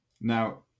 Now